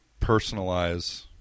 personalize